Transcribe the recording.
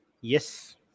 Yes